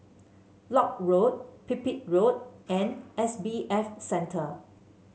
Lock Road Pipit Road and S B F Center